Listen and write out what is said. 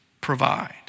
provide